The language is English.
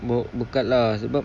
bawa bekal lah sebab